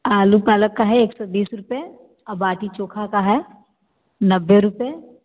आलू पालक का है एक सौ बीस रुपये और बाटी चोखा का है नब्बे रुपये